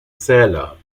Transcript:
zähler